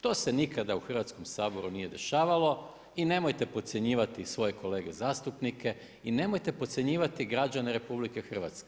To se nikada u Hrvatskom saboru nije dešavalo i nemojte podcjenjivati svoje kolege zastupnike i nemojte podcjenjivati građane RH.